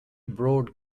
broad